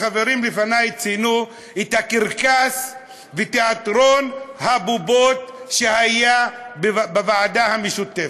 החברים לפני ציינו את הקרקס ואת תיאטרון הבובות שהיו בוועדה המשותפת.